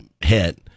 hit